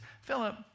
Philip